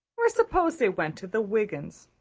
or suppose they went to the wiggins'.